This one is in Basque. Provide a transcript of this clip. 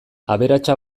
aberatsa